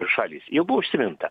šalys jau buvo užsiminta